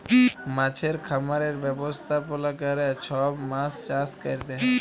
মাছের খামারের ব্যবস্থাপলা ক্যরে সব মাছ চাষ ক্যরতে হ্যয়